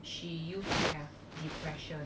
she used to have depression